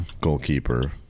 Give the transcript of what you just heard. goalkeeper